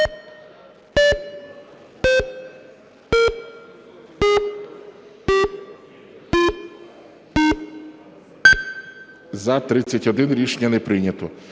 За-31 Рішення не прийнято.